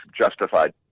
justified